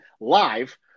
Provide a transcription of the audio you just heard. live